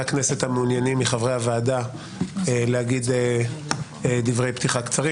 המעוניינים מחברי הוועדה להגיד דברי פתיחה קצרים,